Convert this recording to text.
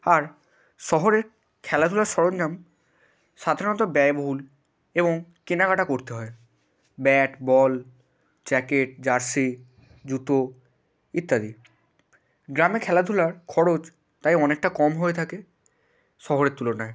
আর শহরে খেলাধুলার সরঞ্জাম সাধারণত ব্যয়বহুল এবং কেনাকাটা করতে হয় ব্যাট বল জ্যাকেট জার্সি জুতো ইত্যাদি গ্রামে খেলাধুলার খরচ তাই অনেকটা কম হয়ে থাকে শহরের তুলনায়